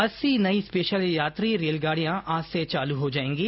अस्सी नई स्पेशल यात्री रेलगाड़ियां आज से चालू हो जाएंगी